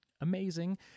amazing